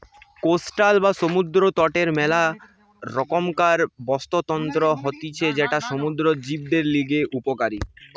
coastal বা সমুদ্র তটের মেলা রকমকার বাস্তুতন্ত্র হতিছে যেটা সমুদ্র জীবদের লিগে উপকারী